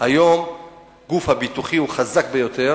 היום הגוף הביטוחי חזק ביותר